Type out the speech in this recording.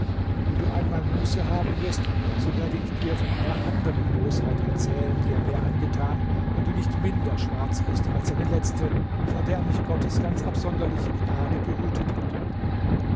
wenn du einmal muße haben wirst so werde ich dir von einer anderen bosheit erzählen die er mir angetan und die nicht minder schwarz ist als seine letzte vor der mich gottes ganz absonderliche gnade behütet hat